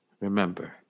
remember